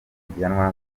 gihanwa